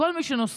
וכל מי שנוסע,